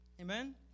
Amen